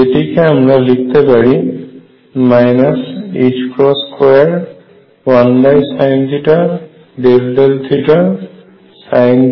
যেটিকে আমরা লিখতে পারি 21sinθ∂θsinθ∂θ Lz2